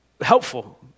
helpful